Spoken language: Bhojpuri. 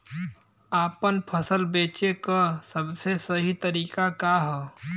आपन फसल बेचे क सबसे सही तरीका का ह?